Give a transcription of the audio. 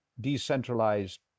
decentralized